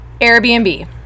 airbnb